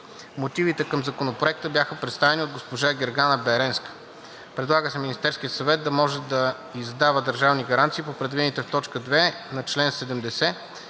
Мотивите към Законопроекта бяха представени от госпожа Гергана Беренска. Предлага се Министерският съвет да може да издава държавни гаранции по предвидените в т. 2 на чл. 70